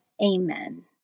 Amen